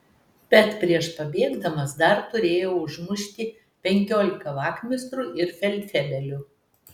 bet prieš pabėgdamas dar turėjau užmušti penkiolika vachmistrų ir feldfebelių